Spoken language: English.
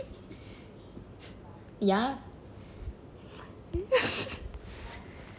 ya